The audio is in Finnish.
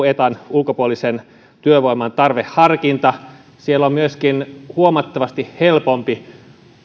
ja etan ulkopuolisen työvoiman tarveharkinta siellä on myöskin huomattavasti helpompi